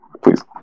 please